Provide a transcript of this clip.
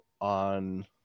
on